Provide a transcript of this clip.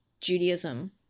Judaism